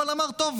אבל אמר: טוב,